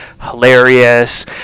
hilarious